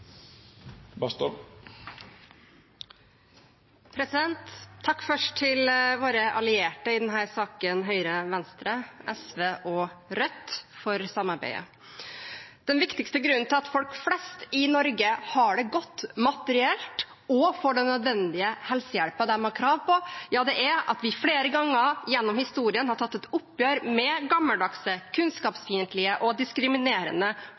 Takk først til våre allierte i denne saken – Høyre, Venstre SV og Rødt – for samarbeidet. Den viktigste grunnen til at folk flest i Norge har det godt materielt og får den nødvendige helsehjelpen de har krav på, er at vi flere ganger gjennom historien har tatt et oppgjør med gammeldagse, kunnskapsfiendtlige og diskriminerende